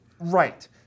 Right